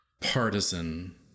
partisan